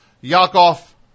Yakov